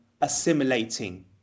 assimilating